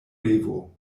revo